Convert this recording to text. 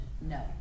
no